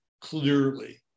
clearly